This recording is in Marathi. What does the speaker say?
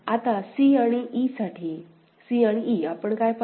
आता c आणि e साठी c आणि e आपण काय पाहतो